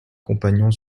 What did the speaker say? compagnon